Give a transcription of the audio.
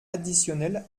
additionnel